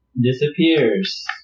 disappears